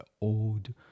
old